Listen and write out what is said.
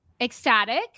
Ecstatic